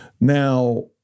Now